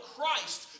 Christ